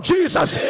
Jesus